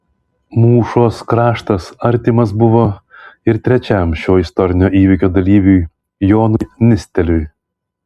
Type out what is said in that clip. mūšos kraštas artimas buvo ir trečiam šio istorinio įvykio dalyviui jonui nisteliui